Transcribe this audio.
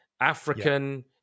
African